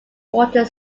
water